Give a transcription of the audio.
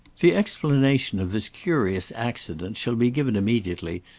the explanation of this curious accident shall be given immediately,